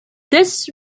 this